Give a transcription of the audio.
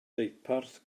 deuparth